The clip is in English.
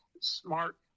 smart